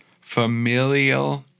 Familial